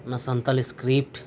ᱚᱱᱟ ᱥᱟᱱᱛᱟᱞᱤ ᱥᱠᱨᱤᱯᱴ